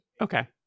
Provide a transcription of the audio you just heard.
Okay